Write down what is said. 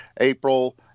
April